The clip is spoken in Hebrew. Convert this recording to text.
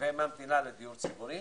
וממתינה לדיור ציבורי,